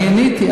אני עניתי.